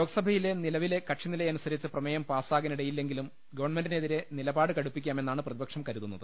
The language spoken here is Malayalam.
ലോക്സഭയിലെ നിലവിലെ കക്ഷി നിലയനുസരിച്ച് പ്രമേയം പാസാകാനിടയില്ലെങ്കിലും ഗവൺമെന്റിനെതിരെ നിലപാട് കടുപ്പിക്കാമെന്നാണ് പ്രതി പക്ഷം കരുതുന്നത്